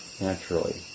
naturally